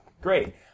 Great